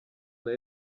nari